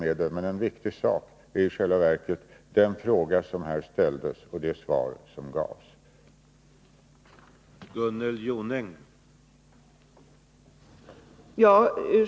Men något som är viktigt är i själva verket den fråga som här har ställts och det svar som har getts.